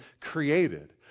created